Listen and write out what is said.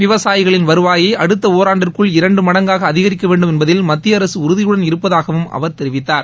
விவசாயிகளின் வருவாயை அடுத்த ஓராண்டிற்குள் இரண்டு மடங்காக அதிகரிக்க வேண்டும் என்பதில் மத்திய அரசு உறுதியுடன் இருப்பதாகவும் அவர் தெிவித்தார்